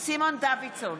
סימון דוידסון,